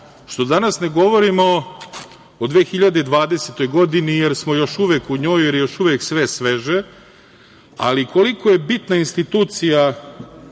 što danas ne govorimo o 2020. godini, jer smo još uvek u njoj, još uvek je sve sveže, ali koliko je bitna institucija